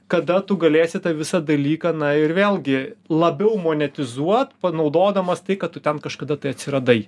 kada tu galėsi tą visą dalyką na ir vėlgi labiau magnetizuot panaudodamas tai kad tu ten kažkada tai atsiradai